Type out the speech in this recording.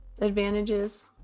advantages